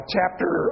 Chapter